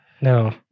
No